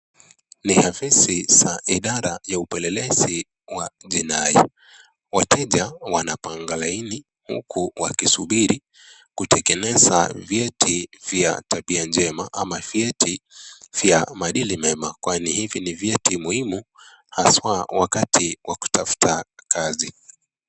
Ni afisi za idara ya upelelezi wa dinai, wateja wanapanga laini huku wakisubiri, kutekeleza vieti ya tabia njema ama vieti vya adili mema, kwani vieti muhimu haswa wakati wa kutafuta kazi.